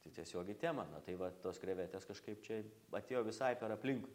tai tiesiog į temą na tai vat tos krevetės kažkaip čia atėjo visai per aplink